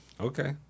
okay